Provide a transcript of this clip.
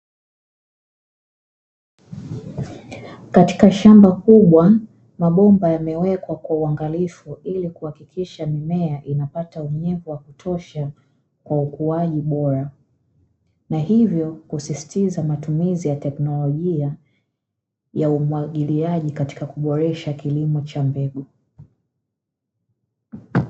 Katika shamba kubwa mabomba yamewekwa kwa uangalifu ili kuhakikisha mimea inapata unyevu wa kutosha kwa ukuaji bora na hivyo kusisitiza matumizi ya teknolojia ya umwagiliaji katika kuboresha kilimo cha mbegu.